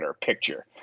picture